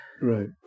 Right